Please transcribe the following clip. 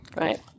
right